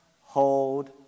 hold